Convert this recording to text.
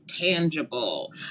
tangible